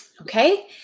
Okay